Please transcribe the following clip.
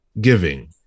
giving